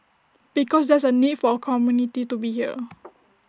because there's A need for A community to be here